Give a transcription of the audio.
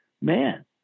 man